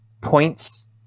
points